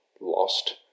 lost